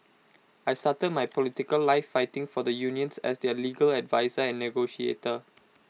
I started my political life fighting for the unions as their legal adviser and negotiator